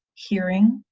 hearing,